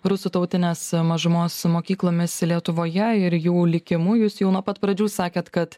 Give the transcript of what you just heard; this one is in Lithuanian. rusų tautinės mažumos mokyklomis lietuvoje ir jų likimu jūs jau nuo pat pradžių sakėt kad